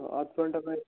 ଅଧ ଘଣ୍ଟା ପାଇଁ